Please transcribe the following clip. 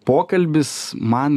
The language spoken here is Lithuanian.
pokalbis man